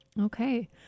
Okay